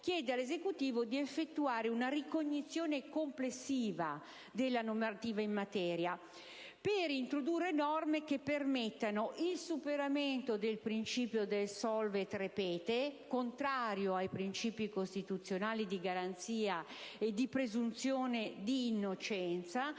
al suo impegno, di effettuare una ricognizione complessiva della normativa in materia per introdurre norme che permettano: il superamento del principio del *solve et repete*, contrario ai principi costituzionali di garanzia e di presunzione di innocenza